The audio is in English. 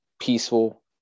peaceful